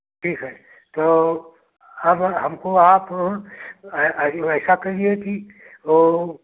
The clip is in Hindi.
ठीक है तो अब हमको आप ऐसा करिए कि वो